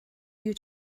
you